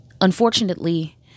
Unfortunately